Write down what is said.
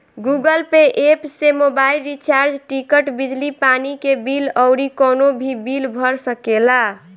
Google Pay app से mobile recharge, ticket, बिजली पानी के बिल अउरी कवनो भी बिल भर सकेला